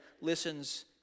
listens